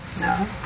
No